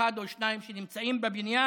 ואחד או שניים שנמצאים בבניין: